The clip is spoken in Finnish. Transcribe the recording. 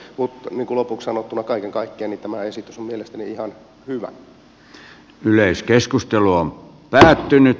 mutta lopuksi sanottuna kaiken kaikkiaan tämä esitys on päättynyt